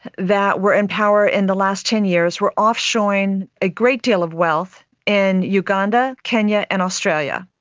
that were in power in the last ten years were offshoring a great deal of wealth in uganda, kenya and australia.